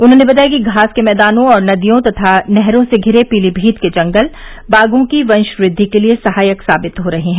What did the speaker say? उन्होंने बताया कि घास के मैदानों और नदियों तथा नहरों से धिरे पीलीभीत के जंगल बाघों की वंश वृद्धि के लिए सहायक साबित हो रहे हैं